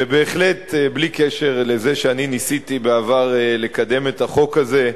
ובהחלט בלי קשר לזה שאני ניסיתי בעבר לקדם את החוק הזה,